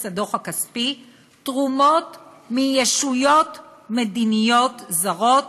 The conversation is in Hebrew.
הדוח הכספי תרומות מישויות מדיניות זרות,